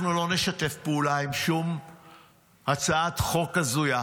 אנחנו לא נשתף פעולה עם שום הצעת חוק הזויה.